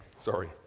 sorry